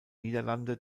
niederlande